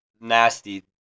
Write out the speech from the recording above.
nasty